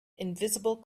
invisible